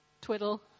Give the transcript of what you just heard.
twiddle